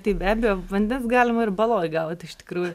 tai be abejo vandens galima ir baloj gauti iš tikrųjų